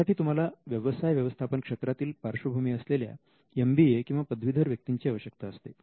यासाठी तुम्हाला व्यवसाय व्यवस्थापन क्षेत्रातील पार्श्वभूमी असलेल्या एमबीए किंवा पदवीधर व्यक्तींची आवश्यकता असते